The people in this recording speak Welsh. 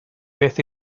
beth